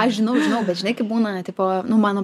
aš žinau žinau bet žinai kaip būna tipo nu mano